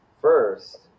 first